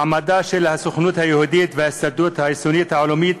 מעמדן של הסוכנות היהודית וההסתדרות הציונית העולמית,